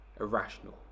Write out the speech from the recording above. irrational